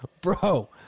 Bro